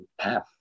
path